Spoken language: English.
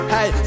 Hey